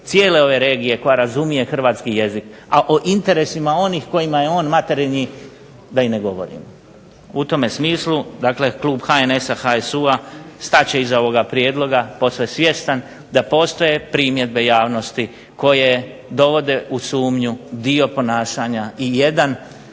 cijele ove regije koja razumije hrvatski jezik, a o interesima onih kojima je on materinji da i ne govorim. U tome smislu, dakle klub HNS-a, HSU-a stat će iza ovoga prijedloga posve svjestan da postoje primjedbe javnosti koje dovode u sumnju dio ponašanja i jedan